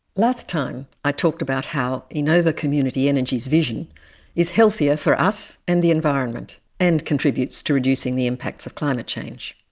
last time i talked about how you know enova community energy's vision is healthier for us and the environment, and contributes to reducing the impacts of climate change.